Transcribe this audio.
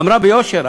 אמרה ביושר.